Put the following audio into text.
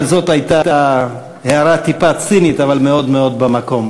זאת הייתה הערה טיפה צינית, אבל מאוד מאוד במקום.